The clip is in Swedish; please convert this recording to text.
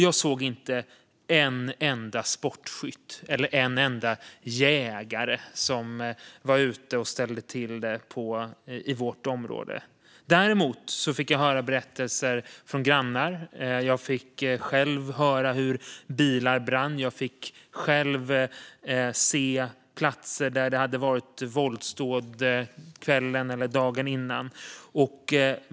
Jag såg inte en enda sportskytt eller en enda jägare som var ute och ställde till det i vårt område. Däremot fick jag höra berättelser från grannar. Jag fick själv höra hur bilar brann. Jag fick själv se platser där det hade varit våldsdåd kvällen eller dagen innan.